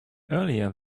earlier